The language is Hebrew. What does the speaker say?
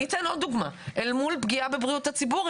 אני אתן עוד דוגמה: אל מול פגיעה בבריאות הציבור,